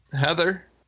Heather